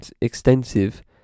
extensive